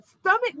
Stomach